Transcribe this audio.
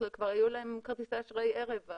כבר היו להם כרטיסי אשראי ערב הקורונה.